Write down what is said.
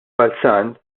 balzan